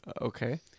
Okay